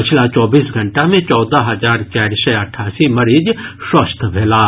पछिला चौबीस घंटा मे चौदह हजार चारि सय अठासी मरीज स्वस्थ भेलाह